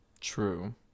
True